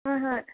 হয় হয়